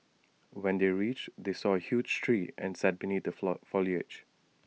when they reached they saw A huge tree and sat beneath the foliage